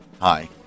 Hi